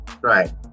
Right